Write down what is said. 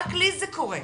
רק לי זה קורה,